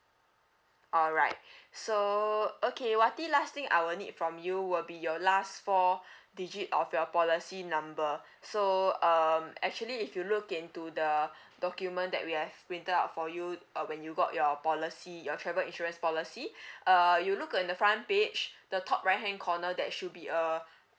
all right so okay wati last thing I will need from you will be your last four digit of your policy number so um actually if you look into the document that we have printed out for you uh when you got your policy your travel insurance policy uh you look in the front page the top right hand corner that should be a